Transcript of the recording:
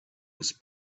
was